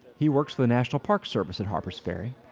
he works the national park service in harpers ferry,